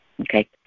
Okay